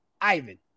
Ivan